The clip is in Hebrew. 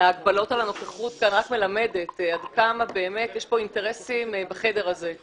להגבלות על הנוכחות כאן רק מלמדת עד כמה יש פה אינטרסים בחדר הזה,